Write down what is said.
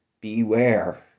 Beware